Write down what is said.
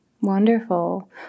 Wonderful